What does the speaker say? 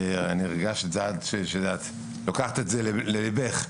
הרגשתי שאת לוקחת את זה ללבך,